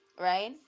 right